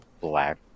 black